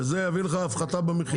וזה יביא לך הפחתה במחיר?